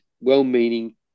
well-meaning